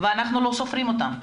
ואנחנו לא סופרים אותם.